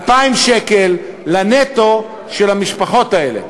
2,000 שקל לנטו של המשפחות האלה,